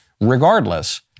Regardless